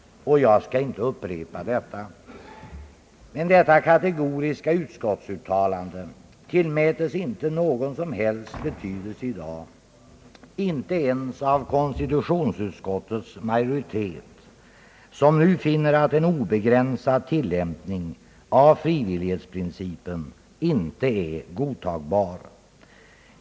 Jag skall därför inte upprepa det. Detta kategoriska utskottsuttalande tillmätes inte någon som helst betydelse i dag, inte ens av konstitutionsutskottets majoritet, som nu finner att en obegränsad tillämpning av frivillighetsprincipen inte är godtagbar.